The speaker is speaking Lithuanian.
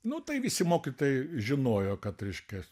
nu tai visi mokytojai žinojo kad reiškia